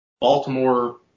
Baltimore